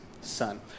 son